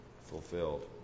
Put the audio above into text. fulfilled